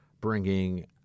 bringing